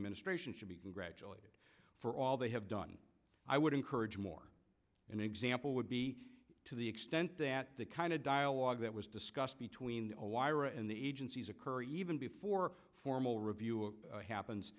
ministration should be congratulated for all they have done i would incur urge more an example would be to the extent that the kind of dialogue that was discussed between the wire and the agencies occur even before formal review happens